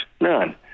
none